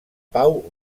pau